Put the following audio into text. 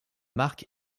marque